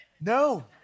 No